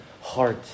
heart